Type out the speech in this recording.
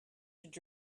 should